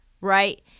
right